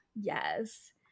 yes